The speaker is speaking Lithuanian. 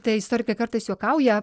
tai istorikai kartais juokauja